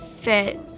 fit